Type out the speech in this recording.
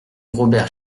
robert